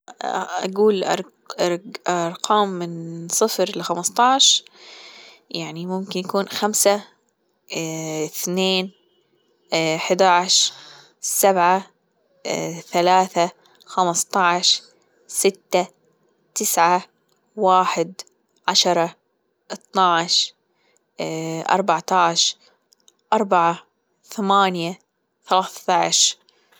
ااه أجول أر- أرقام من صفر لخمستاش يعني ممكن يكون خمسة ايه اثنين ايه إحداش سبعة ايه ثلاثة خمستاش ستة تسعة واحد عشرة اتناش أربعتاش أربعة ثمانية ثلاثتاش